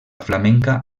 flamenca